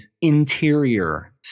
interior